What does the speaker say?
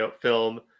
film